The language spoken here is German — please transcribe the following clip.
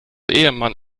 ehemann